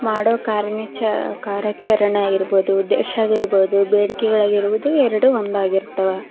ಮಾಡೊ ಕಾರ್ಯಣಿಚ ಕಾರ್ಯಾಚರಣೆ ಆಗಿರ್ಬೋದು ದೇಶ ಆಗಿರ್ಬೋದು ಬೇಡಿಕೆಗಳು ಆಗಿರ್ಬೋದು ಎರಡೂ ಒಂದೇ ಆಗಿರ್ತಾವೆ